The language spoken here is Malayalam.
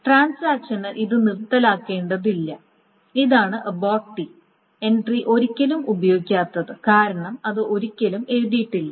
ട്രാൻസാക്ഷന് ഇത് നിർത്തലാക്കേണ്ടതില്ല ഇതാണ് അബോർട്ട് ടി എൻട്രി ഒരിക്കലും ഉപയോഗിക്കാത്തത് കാരണം അത് ഒരിക്കലും എഴുതിയിട്ടില്ല